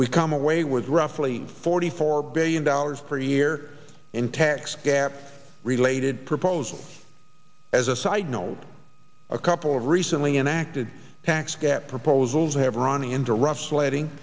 we come away with roughly forty four billion dollars per year in tax gap related proposals as a side note a couple of recently enacted tax gap proposals have iranians or rough sledding